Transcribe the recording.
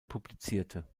publizierte